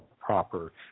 proper